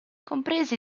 compresi